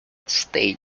state